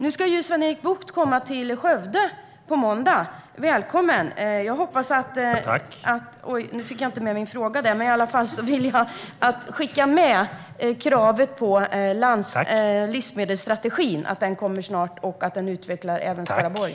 Nu ska Sven-Erik Bucht komma till Skövde på måndag - välkommen! Jag vill skicka med kravet att livsmedelsstrategin snart kommer och att den utvecklar även Skaraborg.